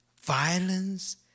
violence